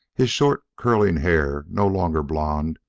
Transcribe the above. his short, curling hair no longer blond,